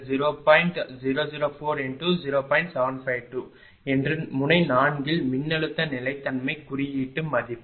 81825என்று முனை 4 இல் மின்னழுத்த நிலைத்தன்மை குறியீட்டு மதிப்பு